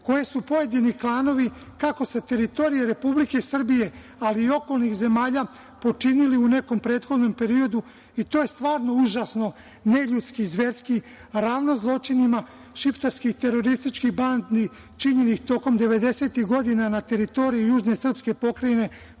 koje su pojedini klanovi, kako sa teritorije Republike Srbije, ali i okolnih zemalja, počinili u nekom prethodnom periodu, i to je stvarno užasno, neljudski, zverski, ravno zločinima šiptarskih terorističkih bandi činjenih tokom devedesetih godina na teritoriji južne srpske pokrajine